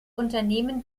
unternehmen